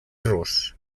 rus